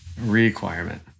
requirement